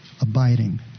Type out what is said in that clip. Abiding